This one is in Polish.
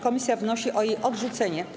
Komisja wnosi o jej odrzucenie.